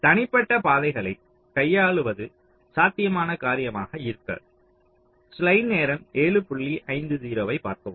தனிப்பட்ட பாதைகளைக் கையாள்வது சாத்தியமான காரியமாக இருக்காது